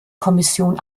kommission